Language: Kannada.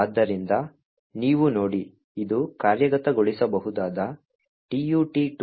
ಆದ್ದರಿಂದ ನೀವು ನೋಡಿ ಇದು ಕಾರ್ಯಗತಗೊಳಿಸಬಹುದಾದ tut2